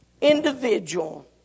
individual